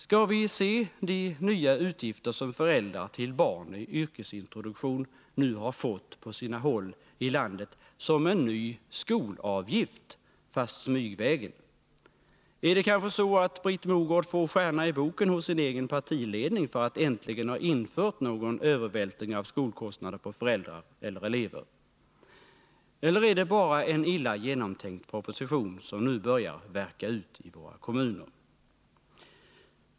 Skall vi se de nya utgifter som föräldrar till barn i yrkesintroduktionen på sina håll i landet nu har fått som en ny skolavgift, införd smygvägen? Är det kanske så att Britt Mogård får stjärna i boken hos sin egen partiledning för att äntligen ha övervältrat en del skolkostnader på föräldrar eller elever? Eller är det bara en illa genomtänkt proposition som nu börjar värka ut i våra kommuner?